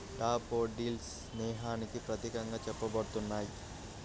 daffodils స్నేహానికి ప్రతీకగా చెప్పబడుతున్నాయి